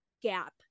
gap